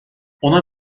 ona